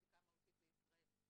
סעיף שעוסק בסירוב לבצע פעולת תשלום.